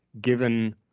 given